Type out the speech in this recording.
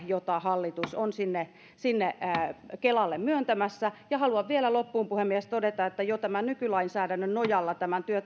jota hallitus on kelalle myöntämässä haluan vielä loppuun puhemies todeta että jo nykylainsäädännön nojalla